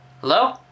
Hello